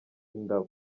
indabo